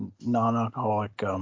non-alcoholic